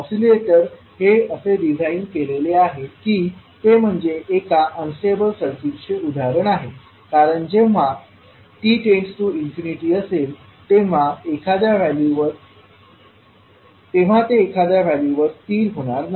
oscillator हे असे design केलेले आहे की ते म्हणजे एका अन्स्टेबल सर्किटचे उदाहरण आहे कारण जेव्हा t→∞ असेल तेव्हा ते एखाद्या व्हॅल्यू वर स्थिर होणार नाही